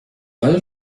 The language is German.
all